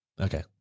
Okay